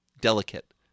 delicate